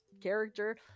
character